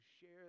share